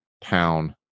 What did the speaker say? town